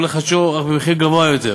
או לחדשו אך במחיר גבוה יותר.